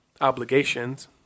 obligations